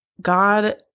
God